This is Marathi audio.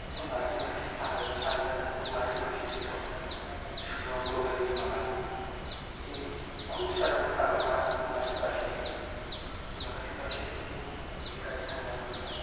मराठी भाषेत सांग सांगणं झालं तर मराठी भाषेचे सं श्लोक वगैरे जे म्हणा हे खूप सारं असं चांगलं भा मराठी भाषा आहे आणि मराठी भाषेतून एखादा संवाद म्हणा